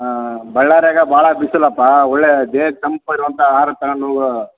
ಹಾಂ ಬಳ್ಳಾರ್ಯಾಗೆ ಭಾಳ ಬಿಸಲಪ್ಪ ಒಳ್ಳೇ ದೇಹಕ್ಕೆ ತಂಪು ಇರುವಂಥ ಆಹಾರ ತಗೊಂಡು ಹೋಗು